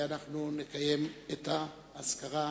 ואנחנו נקיים את האזכרה,